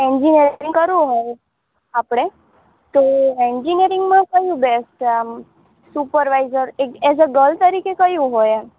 engineering કરવું હોય આપણે તો ઍન્જીનિયરિંગમાં કયું બેસ્ટ છે આમ સુપરવાઇઝર એક એઝ અ ગર્લ તરીકે કયું હોય એમ